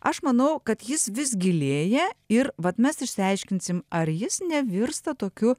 aš manau kad jis vis gilėja ir vat mes išsiaiškinsim ar jis nevirsta tokiu